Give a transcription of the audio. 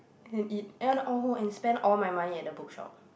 and eat and oh and spend all my money at the book shop